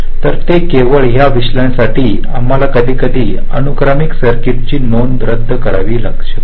तर केवळ त्या विश्लेषणासाठी आम्हाला कधीकधी अनुक्रमिक सर्किटची नोंदणी रद्द करावी लागू शकते